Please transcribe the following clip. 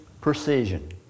precision